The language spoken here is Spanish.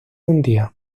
hundía